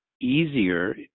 easier